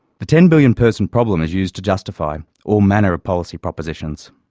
the ten billion person problem is used to justify all manner of policy propositions.